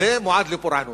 זה מועד לפורענות.